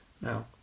Now